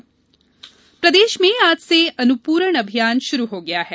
अनुपूरण अभियान प्रदेश में आज से अनुपूरण अभियान शुरू हो गया है